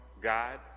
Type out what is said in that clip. God